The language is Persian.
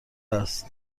است